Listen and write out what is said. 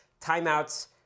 timeouts